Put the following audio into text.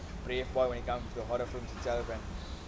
brave for when it comes to horror films itself and